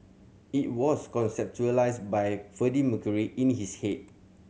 it was conceptualised by Freddie Mercury in his head